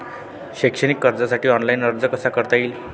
शैक्षणिक कर्जासाठी ऑनलाईन अर्ज कसा करता येईल?